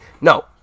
No